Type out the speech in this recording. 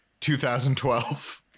2012